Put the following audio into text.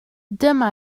dyma